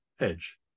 edge